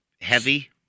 heavy